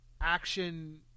action